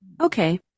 Okay